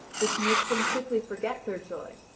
which makes them quickly forget their joy,